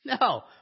No